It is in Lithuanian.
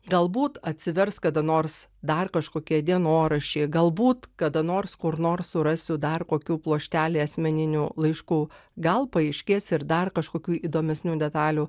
galbūt atsivers kada nors dar kažkokie dienoraščiai galbūt kada nors kur nors surasiu dar kokių pluoštelį asmeninių laiškų gal paaiškės ir dar kažkokių įdomesnių detalių